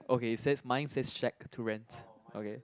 okay says mine says shack to rent okay